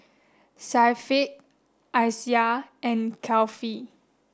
Syafiq Aisyah and Kefli